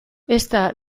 ezta